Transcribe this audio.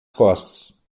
costas